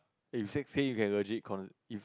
if if let say you get logic on